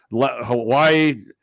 Hawaii